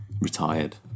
Retired